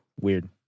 Weird